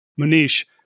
Manish